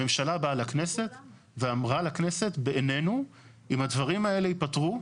הממשלה באה לכנסת ואמרה לכנסת בעינינו אם הדברים האלה ייפתרו,